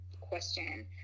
question